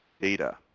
data